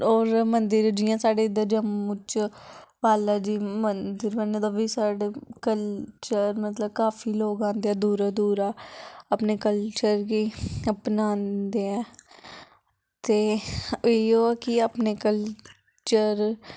होर मंदर जि'यां साढ़े इद्धर जम्मू च बालाजी मंदिर बने दा ओब्बी साढ़े कल्चर मतलब कि काफी लोग आंदे दूरां दूरां अपने कल्चर गी अपनांदे ऐं ते इ'यो कि अपने कल्चर